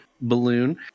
balloon